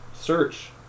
Search